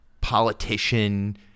politician